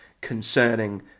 concerning